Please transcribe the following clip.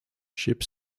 ship